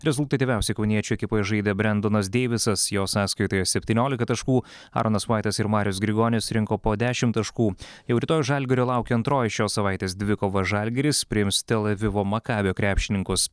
rezultatyviausiai kauniečių ekipoje žaidė brendonas deivisas jo sąskaitoje septyniolika taškų aronas vaitas ir marius grigonis rinko po dešim taškų jau rytoj žalgirio laukia antroji šios savaitės dvikova žalgiris priims tel avivo makabi krepšininkus